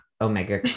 omega